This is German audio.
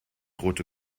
rote